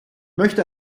möchte